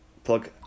plug